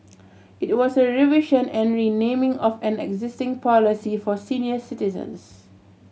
it was a revision and renaming of an existing policy for senior citizens